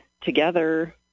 together